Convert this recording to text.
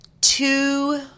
two